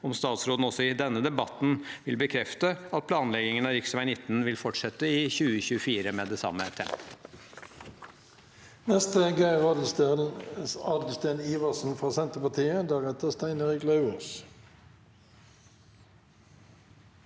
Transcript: om statsråden også i denne debatten vil bekrefte at planleggingen av rv. 19 vil fortsette i 2024 med det samme